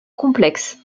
complexes